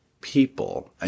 people